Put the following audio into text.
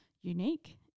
unique